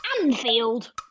Anfield